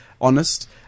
Honest